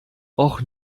och